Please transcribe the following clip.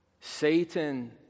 Satan